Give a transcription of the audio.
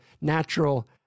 natural